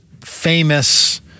famous